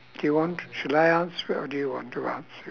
do you want should I answer it or do you want to answer it